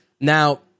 now